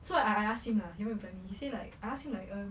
so I I ask him lah he never reply me he say like I ask him like err